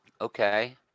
okay